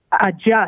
adjust